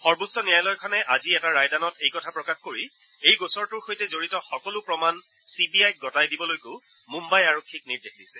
সৰ্বোচ্চ ন্যায়ালয়খনে আজি এটা ৰায়দানত এই কথা প্ৰকাশ কৰি এই গোচৰটোৰ সৈতে জড়িত সকলো প্ৰমাণ চি বি আইক গতাই দিবলৈকো মুন্নাই আৰক্ষীক নিৰ্দেশ দিছে